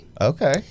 Okay